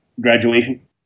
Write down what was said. graduation